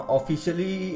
Officially